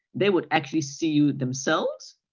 they would actually see you themselves,